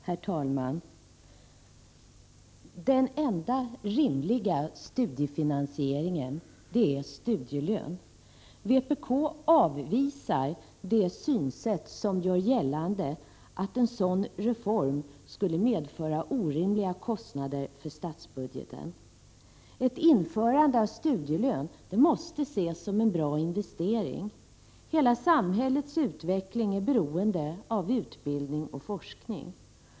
Herr talman! Den enda rimliga studiefinansieringen är studielön. Vpk avvisar de synsätt som gör gällande att en sådan reform skulle medföra orimliga kostnader för statsbudgeten. Ett införande av studielön måste ses som en bra investering. Hela samhällsutvecklingen är beroende av utbildning och forskning.